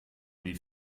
die